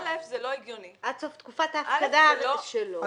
עד סוף תקופת ההפקדה שלו.